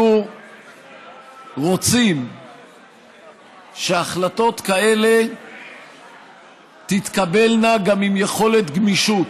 אנחנו רוצים שהחלטות כאלה תתקבלנה גם עם יכולת גמישות,